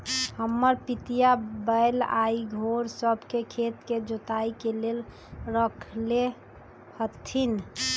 हमर पितिया बैल आऽ घोड़ सभ के खेत के जोताइ के लेल रखले हथिन्ह